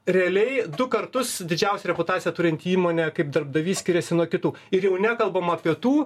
realiai du kartus didžiausią reputaciją turinti įmonė kaip darbdavys skiriasi nuo kitų ir jau nekalbam apie tų